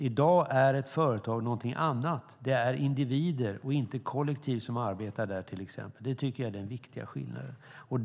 I dag är ett företag något annat. Det är individer och inte kollektiv som arbetar där, till exempel. Det tycker jag är den viktiga skillnaden.